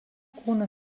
kūno